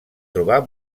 trobar